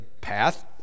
path